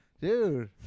Dude